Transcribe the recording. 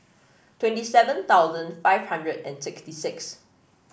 twenty seven thousand five hundred and sixty six